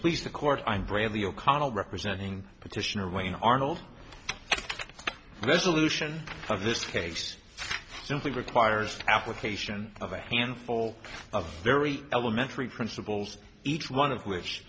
please the court i'm brayley o'connell representing petitioner wayne arnold resolution of this case simply requires application of a handful of very elementary principles each one of which